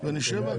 ולעשות תחשיב?